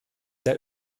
sehr